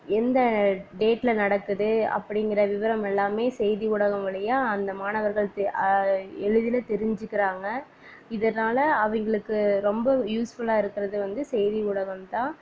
எந்த டேட்டில் நடக்குது அப்படிங்கிற விவரம் எல்லாமே செய்தி ஊடகம் வழியாக அந்த மாணவர்கள் து எளிதில தெரிஞ்சுக்கிறாங்க இதனால் அவங்களுக்கு ரொம்ப யூஸ்ஃபுல்லாக இருக்கிறது வந்து செய்தி ஊடகம் தான்